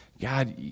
God